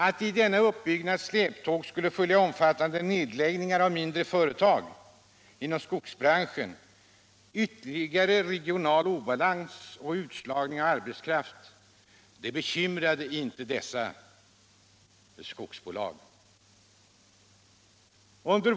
Att det i denna utbyggnads släptåg skulle följa omfattande nedläggningar av mindre företag inom skogsbranschen, ytterligare regional obalans och utslagning av arbetskraft, bekymrade inte dessa skogsbolag.